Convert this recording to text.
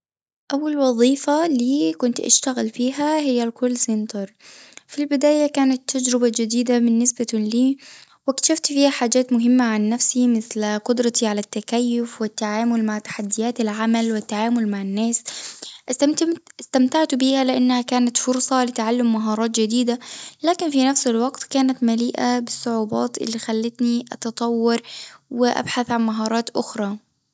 أول وظيفة لي كنت أشتغل فيها هي الكول سنتر، في البداية كانت تجربة جديدة بالنسبة لي واكتشفت فيها حاجات مهمة عن نفسي مثل قدرتي على التكيف والتعامل مع تحديات العمل والتعامل مع الناس، استمت- استمتعت بها لأنها كانت فرصة لتعلم مهارات جديد لكن في نفس الوقت كانت مليئة بالصعوبات الخلتني أتطور وأبحث عن مهارات أخرى.